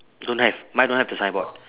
don't have mine don't have the signboard